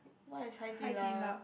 what is Hai-Di-Lao